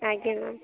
ଆଜ୍ଞା ମ୍ୟାମ୍